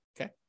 okay